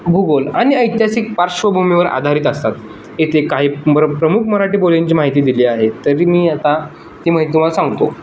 भूगोल आणि ऐतिहासिक पार्श्वभूमीवर आधारित असतात इथे काही प्रमुख मराठी बोलींची माहिती दिली आहे तरी मी आता ती माहिती तुम्हाला सांगतो